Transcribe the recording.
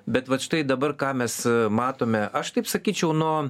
bet vat štai dabar ką mes matome aš taip sakyčiau nuo